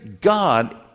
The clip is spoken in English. God